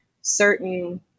certain